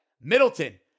Middleton